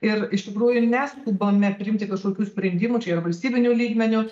ir iš tikrųjų neskubame priimti kažkokių sprendimų čia ir valstybiniu lygmeniu